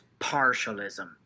partialism